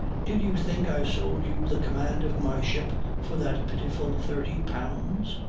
did you think i sold you the command of my ship for that pitiful thirty pounds?